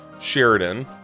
Sheridan